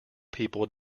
people